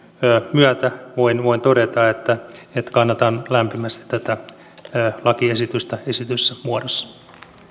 myötä voin voin todeta että että kannatan lämpimästi tätä lakiesitystä esitetyssä muodossa